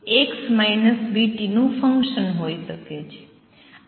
અથવા x v t નું function હોઈ શકે છે